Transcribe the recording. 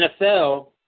NFL